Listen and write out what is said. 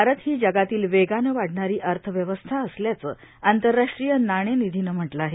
भारत ही जगातली वेगानं वाढणारी अर्थव्यवस्था असल्याचं आंतरराष्ट्रीय नाणेनिधीनं म्हटलं आहे